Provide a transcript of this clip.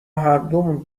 هردومون